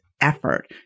effort